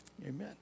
amen